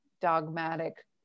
dogmatic